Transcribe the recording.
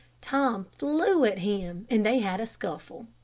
tom flew at him, and they had a scuffle.